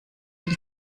ein